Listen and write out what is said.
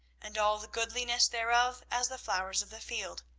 and all the goodliness thereof as the flowers of the field.